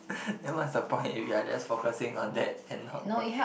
then what's the point if you are just focusing on that and not